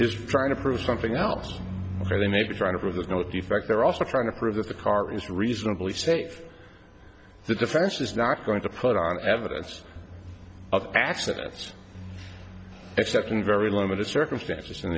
is trying to prove something else or they may be trying to prove there's no the fact they're also trying to prove that the car is reasonably safe the defense is not going to put on evidence of actually that's accepting very limited circumstances and